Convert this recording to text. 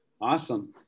Awesome